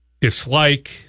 Dislike